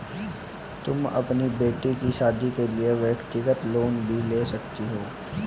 तुम अपनी बेटी की शादी के लिए व्यक्तिगत लोन भी ले सकती हो